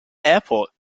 airport